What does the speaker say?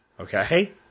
Okay